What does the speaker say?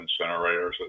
incinerators